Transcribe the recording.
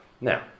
Now